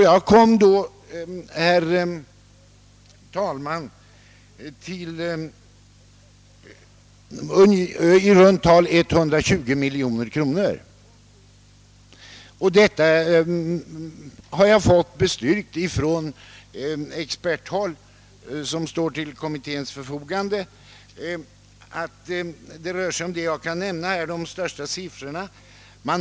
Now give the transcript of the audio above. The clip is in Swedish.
Jag kommer då, herr talman, till i runt tal 120 miljoner kronor. Detta belopp har jag fått bestyrkt av expertis som står till utredningens förfogande. Jag kan nämna de största siffrorna.